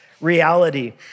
reality